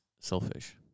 selfish